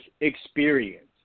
experience